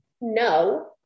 no